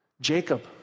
Jacob